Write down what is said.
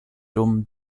dumm